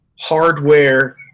hardware